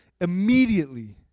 Immediately